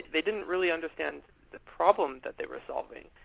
they didn't really understand the problems that they were solving.